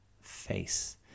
face